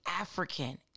African